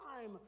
time